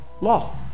law